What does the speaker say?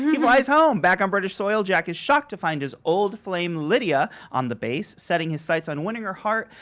he flies home. back on british soil, jack is shocked to find his old flame, lydia, on the base, setting his sights on winning her heart,